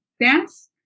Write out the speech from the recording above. dance